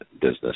business